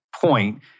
point